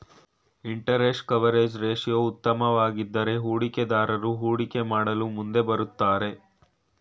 interest coverage ratio ಉತ್ತಮವಾಗಿದ್ದರೆ ಹೂಡಿಕೆದಾರರು ಹೂಡಿಕೆ ಮಾಡಲು ಮುಂದೆ ಬರುತ್ತಾರೆ